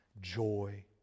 joy